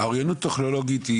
אוריינות טכנולוגית,